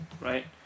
Right